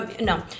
No